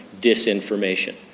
disinformation